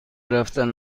رفتن